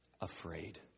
afraid